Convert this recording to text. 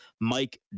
Mike